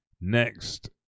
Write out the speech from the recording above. next